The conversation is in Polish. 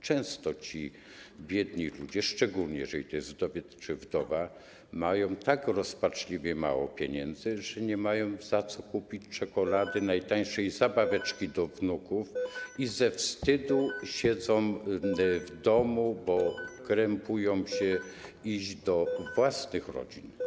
Często ci biedni ludzie, szczególnie jeżeli to jest wdowiec czy wdowa, mają tak rozpaczliwie mało pieniędzy, że nie mają za co kupić czekolady, najtańszej zabaweczki dla wnuków, i ze wstydu siedzą w domu, bo krępują się iść do własnych rodzin.